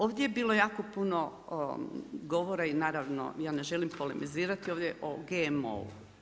Ovdje je bilo jako puno govora i naravno ja ne želim polemizirati ovdje o GMO-u.